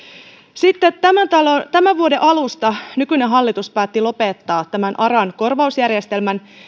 sitten tämän vuoden alusta nykyinen hallitus päätti lopettaa tämän aran korvausjärjestelmän